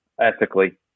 ethically